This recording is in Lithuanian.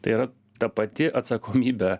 tai yra ta pati atsakomybė